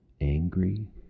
angry